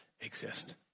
exist